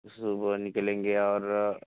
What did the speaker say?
सुबह निकलेंगे और